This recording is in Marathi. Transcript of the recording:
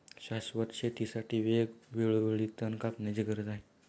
शाश्वत शेतीसाठी वेळोवेळी तण कापण्याची गरज आहे